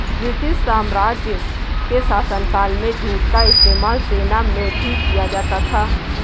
British साम्राज्य के शासनकाल में जूट का इस्तेमाल सेना में भी किया जाता था